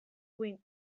wind